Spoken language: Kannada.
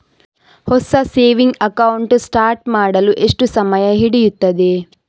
ಹೊಸ ಸೇವಿಂಗ್ ಅಕೌಂಟ್ ಸ್ಟಾರ್ಟ್ ಮಾಡಲು ಎಷ್ಟು ಸಮಯ ಹಿಡಿಯುತ್ತದೆ?